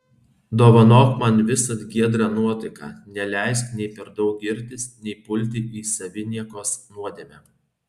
dovanok man visad giedrą nuotaiką neleisk nei per daug girtis nei pulti į saviniekos nuodėmę